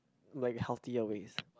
like healthier ways